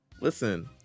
listen